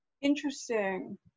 Interesting